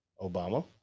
Obama